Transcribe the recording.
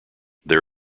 there